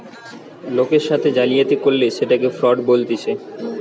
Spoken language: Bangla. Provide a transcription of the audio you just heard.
লোকের সাথে জালিয়াতি করলে সেটকে ফ্রড বলতিছে